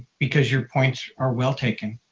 because your points are well taken.